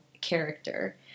character